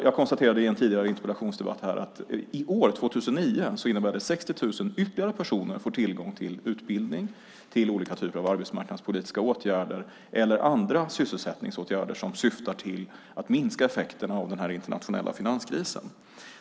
Jag konstaterade i en tidigare interpellationsdebatt att i år, 2009, innebär det att 60 000 ytterligare personer får tillgång till utbildning, olika typer av arbetsmarknadspolitiska åtgärder eller andra sysselsättningsåtgärder som syftar till att minska effekten av den internationella finanskrisen.